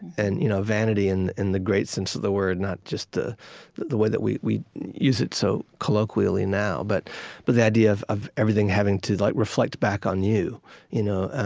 and you know vanity and in the great sense of the word, not just the the way that we we use it so colloquially now. but but the idea of of everything having to like reflect back on you you know